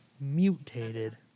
mutated